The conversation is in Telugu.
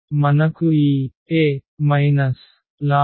మనకు ఈ A λI ఉంది